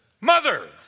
mother